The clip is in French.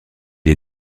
est